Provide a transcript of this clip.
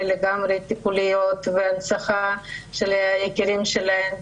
לגמרי טיפוליות והנצחה של היקירים שלהן,